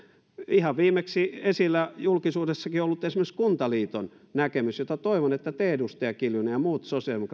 ihan viimeksi esillä on julkisuudessakin ollut esimerkiksi kuntaliiton näkemys toivon että te edustaja kiljunen ja muut sosiaalidemokraatit heitä